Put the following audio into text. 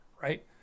right